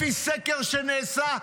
לפי סקר שנעשה,